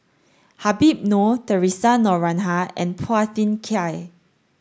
Habib Noh Theresa Noronha and Phua Thin Kiay